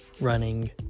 running